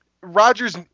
Rodgers